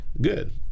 good